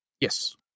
yes